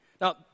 Now